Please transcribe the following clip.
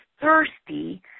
thirsty